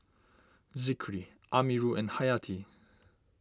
Zikri Amirul and Hayati